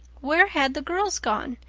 where had the girls gone?